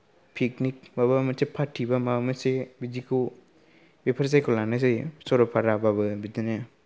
picnic माबा मोनसे party बा माबा मोनसे बिदिखौ बेफोर जायखौ लानाय जायो सरलपाराबाबो बिदिनो